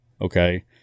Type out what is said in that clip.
okay